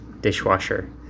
dishwasher